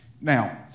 Now